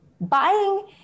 Buying